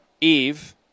Eve